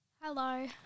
Hello